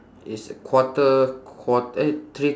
it's quarter quart~ eh three